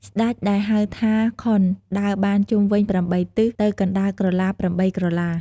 ស្ដេចដែលហៅថាខុន ដើរបានជុំវិញ ៨ទិស ទៅកណ្តាលក្រឡា ៨ក្រឡា។